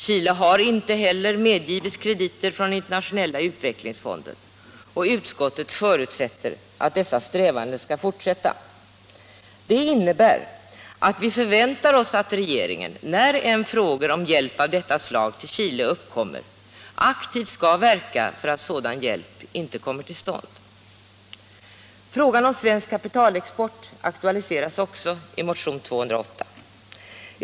Chile har inte heller medgivits krediter från Internationella utvecklingsfonden. Utskottet förutsätter att dessa strävanden skall fortsätta. Det innebär att vi förväntar oss att regeringen när än frågor om hjälp av mot Chile Bojkottåtgärder mot Chile detta slag till Chile uppkommer aktivt skall verka för att sådan hjälp inte kommer till stånd. Frågan om svensk kapitalexport aktualiseras också i motionen 208.